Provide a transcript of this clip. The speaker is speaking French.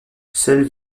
seul